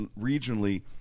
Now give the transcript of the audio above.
regionally